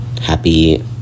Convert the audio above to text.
happy